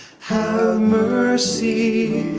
mercy